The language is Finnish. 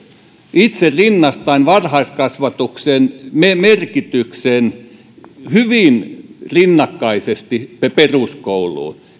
itse rinnastan varhaiskasvatuksen merkityksen hyvin rinnakkaisesti peruskouluun